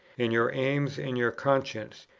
and your aims, and your conscience,